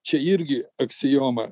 čia irgi aksioma